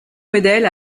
modèle